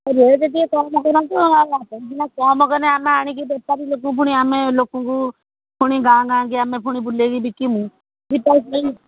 rate ଟିକିଏ କମ୍ କରନ୍ତୁ ଆଉ ତୁମେ ସିନା କମ୍ କଲେ ଆମେ ଆଣିକି ବେପାରୀ ଲୋକ ପୁଣି ଆମେ ଲୋକଙ୍କୁ ପୁଣି ଗାଁ ଗାଁକୁ ଆମେ ପୁଣି ବୁଲେଇକି ବିକିବୁ ସେଥିପାଇଁ